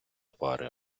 пари